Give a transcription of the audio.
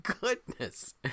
goodness